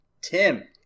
Tim